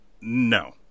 no